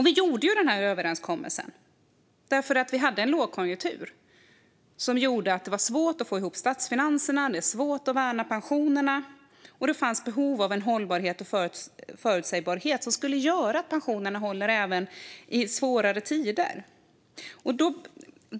Vi gjorde överenskommelsen därför att vi hade en lågkonjunktur som gjorde att det var svårt att få ihop statsfinanserna och att värna pensionerna, och det fanns behov av en hållbarhet och förutsägbarhet som skulle göra att pensionerna håller även i svårare tider.